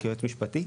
כיועץ משפטי.